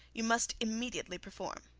you must immediately perform.